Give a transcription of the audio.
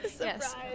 Yes